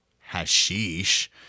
hashish